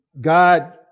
God